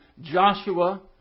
Joshua